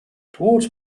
towards